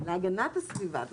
להגנת הסביבה.